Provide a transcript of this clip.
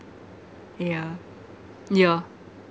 yeah yeah